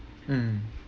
mm